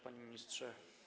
Panie Ministrze!